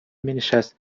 مینشست